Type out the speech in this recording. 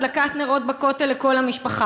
הדלקת נרות לכל המשפחה,